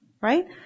right